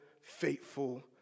faithful